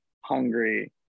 hungry